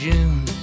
June